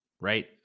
right